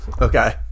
Okay